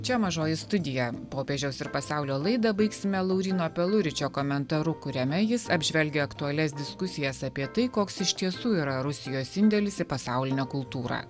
čia mažoji studija popiežiaus ir pasaulio laidą baigsime lauryno peluričio komentaru kuriame jis apžvelgia aktualias diskusijas apie tai koks iš tiesų yra rusijos indėlis į pasaulinę kultūrą